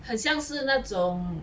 很像是那种